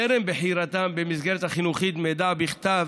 טרם בחירתם במסגרת החינוכית, מידע בכתב